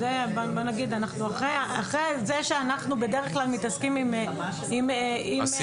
אחרי זה שאנחנו בדרך כלל מתעסקים עם אסירים,